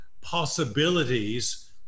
possibilities